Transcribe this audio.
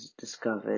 discovered